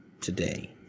today